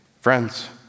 Friends